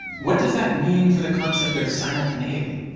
what does that mean for the concept of simultaneity?